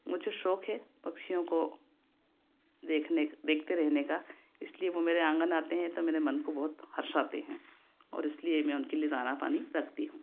मुझे शौक़ है पक्षियों को देखने देखते रहने का इसलिए वो मेरे आँगन आते हैं तो मेरे मन को बहुत हर्ष आते हैं और इसलिए मैं उनके लिए दाना पानी रखती हूँ